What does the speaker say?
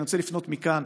אני רוצה לפנות מכאן,